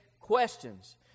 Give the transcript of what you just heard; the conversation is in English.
questions